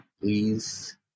please